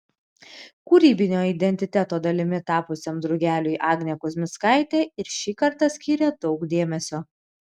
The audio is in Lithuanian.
kūrybinio identiteto dalimi tapusiam drugeliui agnė kuzmickaitė ir šį kartą skyrė daug dėmesio